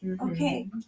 Okay